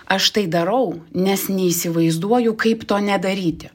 aš tai darau nes neįsivaizduoju kaip to nedaryti